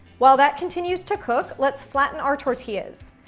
while that continues to cook, let's flatten our tortillas.